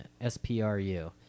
S-P-R-U